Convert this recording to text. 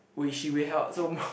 which she we held so